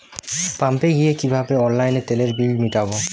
পাম্পে গিয়ে কিভাবে অনলাইনে তেলের বিল মিটাব?